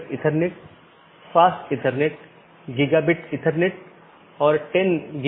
अन्यथा पैकेट अग्रेषण सही नहीं होगा